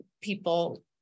people